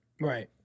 right